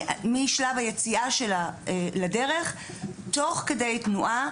משלב היציאה שלה לדרך תוך כדי תנועה,